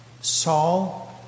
Saul